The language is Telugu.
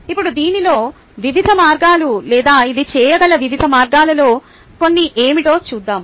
ఇప్పుడు దీనిలో వివిధ మార్గాలు లేదా ఇది చేయగల వివిధ మార్గాలలో కొన్ని ఏమిటో చూద్దాం